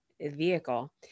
vehicle